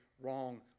wrong